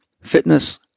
Fitness